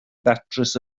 ddatrys